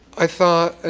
i thought.